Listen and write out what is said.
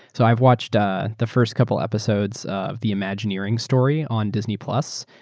so i've watched ah the first couple episodes of the imagineering story on disney plus.